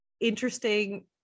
interesting